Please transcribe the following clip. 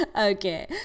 Okay